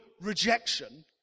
rejection